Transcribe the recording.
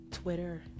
Twitter